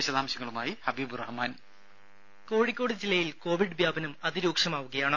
വിശദാംശങ്ങളുമായി ഹബീബ് റഹ്മാൻ വോയ്സ് രംഭ കോഴിക്കോട് ജില്ലയിൽ കോവിഡ് വ്യാപനം അതിരൂക്ഷമാവുകയാണ്